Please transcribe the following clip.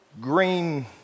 green